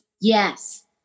Yes